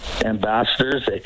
ambassadors